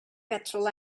petrol